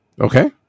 Okay